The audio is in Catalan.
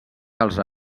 dels